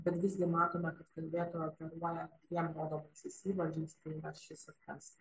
bet visgi matome kad kalbėtoja operuoja vien rodomaisiais įvardžiais tai yra šis ir tas